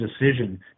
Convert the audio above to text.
decision